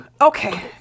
Okay